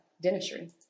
dentistry